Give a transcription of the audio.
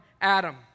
Adam